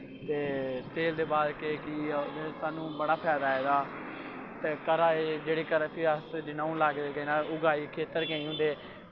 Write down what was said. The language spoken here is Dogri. ते तेल दे बाद के कि साह्नूं बड़ा फैदा ऐ एह्दा ते घरा दे जेह्ड़े फिर अस हून लाग्गे धीगे खेत्तर केंई होंदे